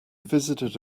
visited